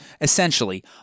Essentially